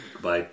Bye